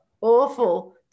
Awful